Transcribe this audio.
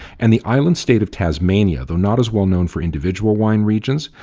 and the island-state of tasmania, though not as well known for individual wine regions,